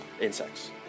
Insects